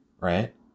right